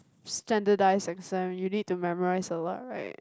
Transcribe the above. standardized exam you need to memorize a lot right